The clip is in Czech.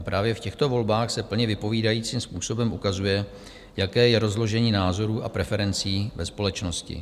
Právě v těchto volbách se plně vypovídajícím způsobem ukazuje, jaké je rozložení názorů a preferencí ve společnosti.